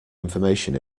information